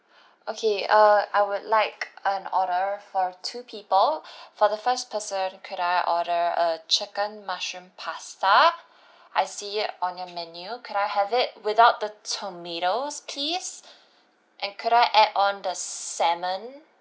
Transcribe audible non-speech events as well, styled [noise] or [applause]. okay err I would like an order for two people [breath] for the first person could I order a chicken mushroom pasta I see it on your menu could I have it without the tomatoes please and could I add on the salmon